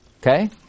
Okay